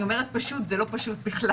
אני אומרת "פשוט", זה לא פשוט בכלל.